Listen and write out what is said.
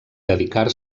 dedicar